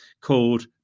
called